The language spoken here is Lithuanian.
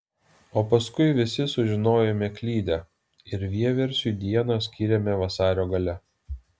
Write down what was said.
o paskui visi sužinojome klydę ir vieversiui dieną skyrėme vasario gale